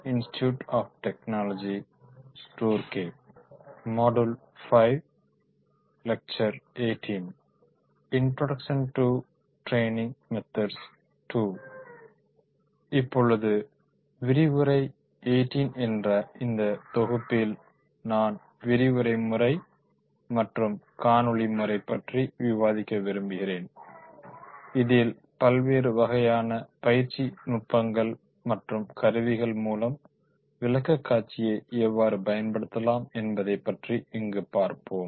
இப்பொழுது விரிவுரை 18 என்ற இந்த தொகுப்பில் நான் விரிவுரை முறை மற்றும் காணொளி முறை பற்றி விவாதிக்க விரும்புகிறேன் இதில் பல்வேறு வகையான பயிற்சி நுட்பங்கள் மற்றும் கருவிகள் மூலம் விளக்கக்காட்சியை எவ்வாறு பயன்படுத்தலாம் என்பதை பற்றி இங்கு பார்ப்போம்